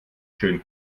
schönen